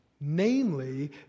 namely